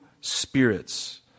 spirits